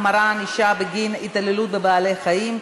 החמרת ענישה בגין התעללות בבעלי-חיים),